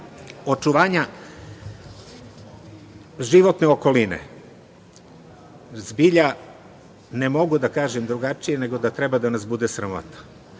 očuvanja životne okoline, zbilja ne mogu da kažem drugačije nego da treba da nas bude sramota.